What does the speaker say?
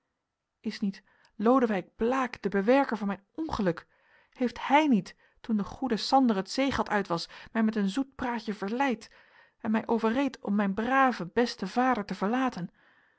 is niet lodewijk blaek de bewerker van mijn ongeluk heeft hij niet toen de goede sander het zeegat uit was mij met een zoet praatje verleid en mij overreed om mijn braven besten vader te verlaten